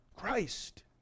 Christ